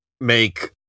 make